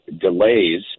delays